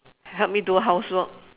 help me do housework